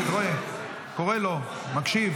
אתה רואה, גם אני קורא לו, מקשיב.